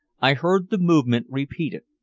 i heard the movement repeated.